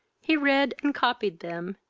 he read and copied them,